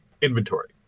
inventory